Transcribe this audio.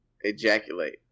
ejaculate